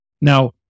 Now